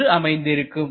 என்று அமைந்திருக்கும்